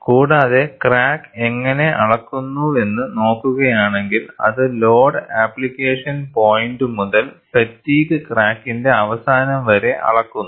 കൂടാതെ ക്രാക്ക് എങ്ങനെ അളക്കുന്നുവെന്ന് നോക്കുകയാണെങ്കിൽ അത് ലോഡ് ആപ്ലിക്കേഷൻ പോയിന്റ് മുതൽ ഫറ്റിഗ്ഗ് ക്രാക്കിന്റെ അവസാനം വരെ അളക്കുന്നു